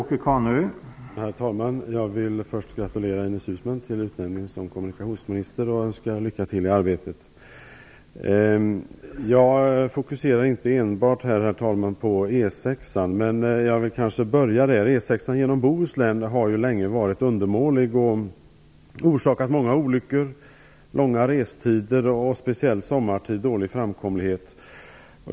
Herr talman! Jag vill först gratulera Ines Uusmann till utnämningen som kommunikationsminister och önska lycka till i arbetet. Jag fokuserar inte enbart på E 6, herr talman, men jag vill börja där. E 6 genom Bohuslän har länge varit undermålig och orsakat många olyckor, långa restider och speciellt sommartid dålig framkomlighet.